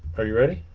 are you ready